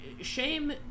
Shame